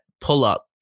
pull-up